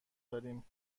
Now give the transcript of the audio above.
داریم